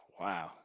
Wow